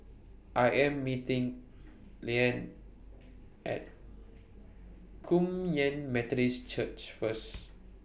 I Am meeting Layne At Kum Yan Methodist Church First